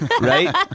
Right